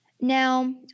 Now